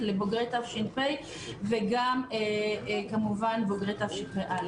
לבוגרי תש"ף וגם כמובן בוגרי תשפ"א.